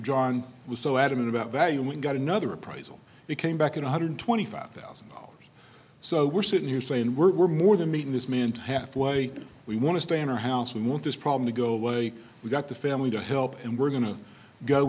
john was so adamant about value we got another appraisal he came back in one hundred twenty five thousand dollars so we're sitting here saying we're more than meeting this man halfway we want to stay in our house we want this problem to go away we've got the family to help and we're going to go